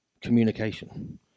Communication